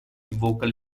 vocal